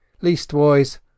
Leastwise